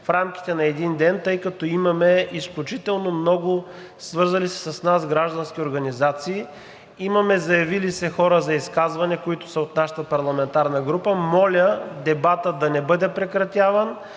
в рамките на един ден, тъй като имаме изключително много свързали се с нас граждански организации, имаме заявили се хора за изказване, които са от нашата парламентарна група. Моля дебатът да не бъде прекратяван,